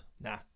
Nah